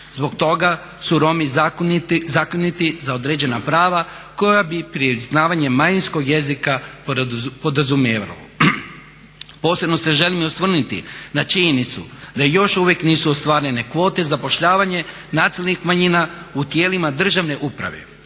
Zbog toga su Romi zakinuti za određena prava koja bi priznavanjem manjinskog jezika podrazumijevalo. Posebno se želim i osvrnuti na činjenicu da još uvijek nisu ostvarene kvote, zapošljavanje nacionalnih manjina u tijelima državne uprave.